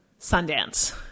Sundance